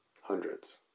Hundreds